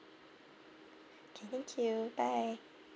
K thank you bye